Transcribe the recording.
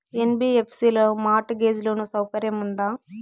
NBFC లో mortgage loan సౌకర్యం ఉందా?